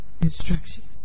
instructions